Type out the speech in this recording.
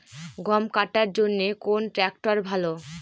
গম কাটার জন্যে কোন ট্র্যাক্টর ভালো?